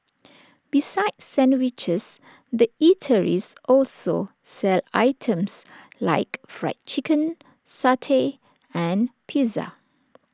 besides sandwiches the eateries also sell items like Fried Chicken satay and pizza